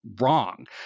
wrong